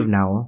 now